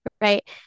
right